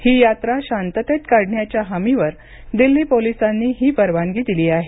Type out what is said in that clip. ही यात्रा शांततेत काढण्याच्या हमीवर दिल्ली पोलीसांनी ही परवानगी दिली आहे